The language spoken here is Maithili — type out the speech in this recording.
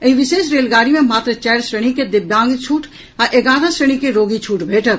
एहि विशेष रेलगाड़ी मे मात्र चारि श्रेणी के दिव्यांग छूट आ एगारह श्रेणी के रोगी छूट भेटत